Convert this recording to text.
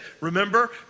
Remember